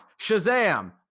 Shazam